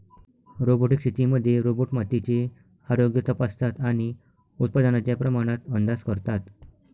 robotic शेतीमध्ये robot मातीचे आरोग्य तपासतात आणि उत्पादनाच्या प्रमाणात अंदाज करतात